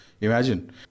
Imagine